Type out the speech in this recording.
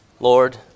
Lord